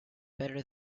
better